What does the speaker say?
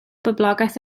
boblogaeth